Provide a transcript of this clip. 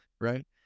Right